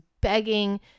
begging